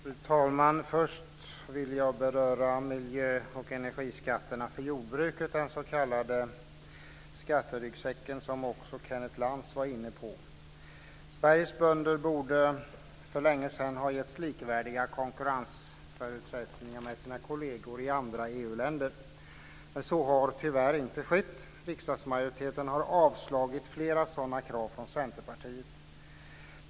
Fru talman! Först vill jag beröra miljö och energiskatterna för jordbruket, den s.k. skatteryggsäcken som också Kenneth Lantz var inne på. Sveriges bönder borde för länge sedan ha getts konkurrensförutsättningar som är likvärdiga med dem som kollegerna i andra EU-länder. har, men så har tyvärr inte skett. Riksdagsmajoriteten har avslagit flera sådana krav från Centerpartiet.